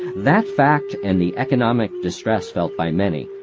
that fact, and the economic distress felt by many,